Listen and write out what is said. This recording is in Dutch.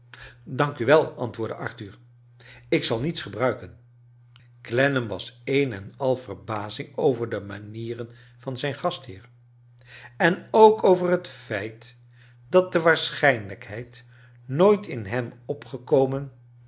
u wel antwoordde arthur ik zal niets gebruiken clennam was een en al verbazing over de manieren van zijn gastheer en ook over het feit dat de waarschijnlijkheid nooit in hem opgekomen